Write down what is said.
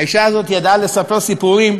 האישה הזאת ידעה לספר סיפורים,